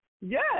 Yes